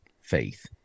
faith